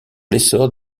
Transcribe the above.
l’essor